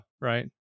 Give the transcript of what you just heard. right